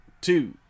two